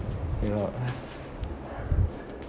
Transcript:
you know